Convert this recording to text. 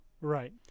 Right